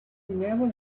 never